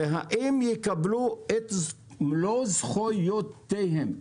האם יקבלו את מלוא זכויותיהם?